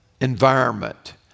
environment